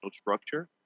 structure